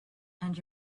and